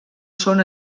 són